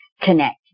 connect